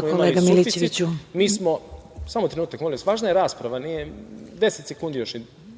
kolega Milićeviću.